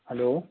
hello